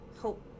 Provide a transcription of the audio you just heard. hope